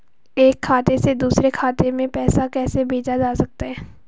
एक खाते से दूसरे खाते में पैसा कैसे भेजा जा सकता है?